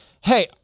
hey